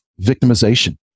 victimization